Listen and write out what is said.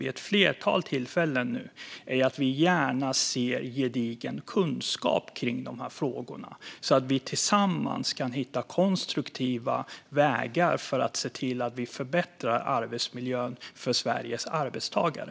Vid ett flertal tillfällen har vi nu sagt att vi gärna ser gedigen kunskap om dessa frågor så att vi tillsammans kan hitta konstruktiva vägar för att se till att förbättra arbetsmiljön för Sveriges arbetstagare.